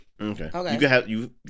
Okay